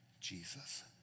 Jesus